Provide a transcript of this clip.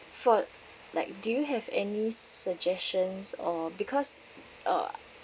for like do you have any suggestions or because uh